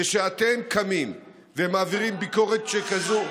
כשאתם קמים ומעבירים ביקורת שכזאת,